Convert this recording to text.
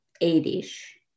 eight-ish